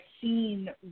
seen